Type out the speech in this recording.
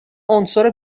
عنصر